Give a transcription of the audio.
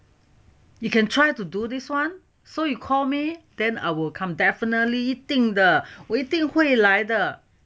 you can try to do this one so you call me then I will come definitely 一定的我一定会来的